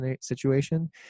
situation